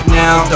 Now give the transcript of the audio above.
now